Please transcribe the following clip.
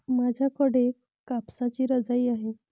माझ्याकडे कापसाची रजाई आहे